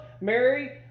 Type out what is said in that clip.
Mary